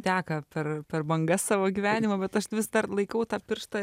teka per per bangas savo gyvenimo bet aš vis dar laikau tą pirštą